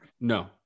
No